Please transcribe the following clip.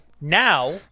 now